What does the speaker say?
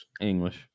English